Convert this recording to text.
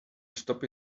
stop